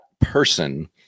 person